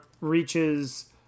reaches